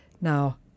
Now